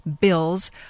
bills